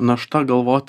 našta galvot